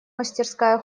мастерская